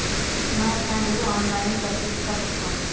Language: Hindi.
मैं अपना ऋण ऑनलाइन कैसे चुका सकता हूँ?